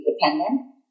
independent